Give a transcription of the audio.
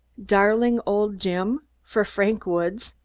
darling old jim, for frank woods,